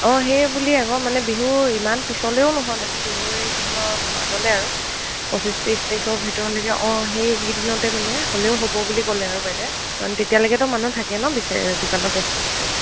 অঁ সেই বুলিয় আহব মানে বিহু ইমান পিছলেও নহয় মানে বিহুুৰ এইকেইদিনত মাজলে আৰু পঁচিছ ত্ৰিছ তাৰিখৰ ভিতৰলৈকে অঁ সেইকেইদিনতে মানে হ'লেও হ'ব বুলি ক'লে আৰু বাইদে মানে তেতিয়ালৈকেেতো মানহ থাকে ন বিচাৰে দোকানত বস্তু বিচাৰি